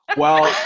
and well,